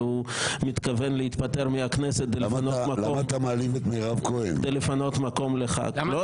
ולכן הוא מתכוון להתפטר מהכנסת כדי לפנות מקום לח"כ.